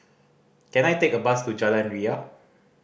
can I take a bus to Jalan Ria